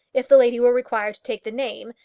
if the lady were required to take the name,